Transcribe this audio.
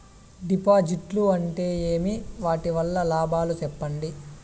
డిపాజిట్లు అంటే ఏమి? వాటి వల్ల లాభాలు సెప్పండి?